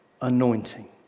anointing